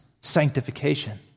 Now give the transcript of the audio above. sanctification